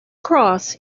cross